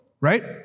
right